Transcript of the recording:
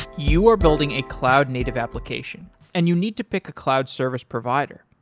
you are building a cloud-native application and you need to pick a cloud service provider.